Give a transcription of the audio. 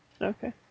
Okay